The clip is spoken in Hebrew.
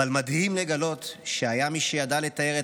אבל מדהים לגלות שהיה מי שידע לתאר את